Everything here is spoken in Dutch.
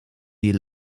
die